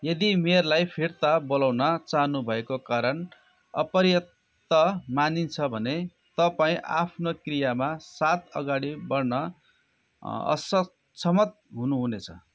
यदि मेयरलाई फिर्ता बोलाउन चाहनुको कारण अपर्याप्त मानिन्छ भने तपाईँँ आफ्नो क्रियाका साथ अगाडि बढ्न असक्षम हुनुहुने छ